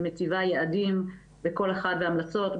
שמציבה יעדים בכל אחת מההמלצות,